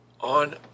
on